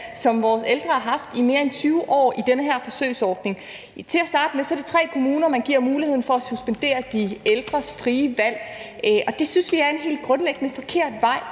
som vores ældre har haft i mere end 20 år, med den her forsøgsordning. Til at starte med er det tre kommuner, man giver muligheden for at suspendere de ældres frie valg, og det synes vi er en helt grundlæggende forkert vej